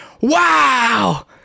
Wow